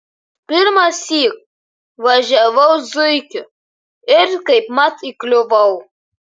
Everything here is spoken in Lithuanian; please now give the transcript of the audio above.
pirmąsyk važiavau zuikiu ir kaipmat įkliuvau